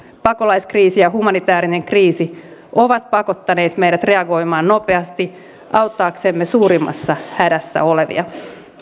pakolaiskriisi ja humanitäärinen kriisi ovat pakottaneet meidät reagoimaan nopeasti auttaaksemme suurimmassa hädässä olevia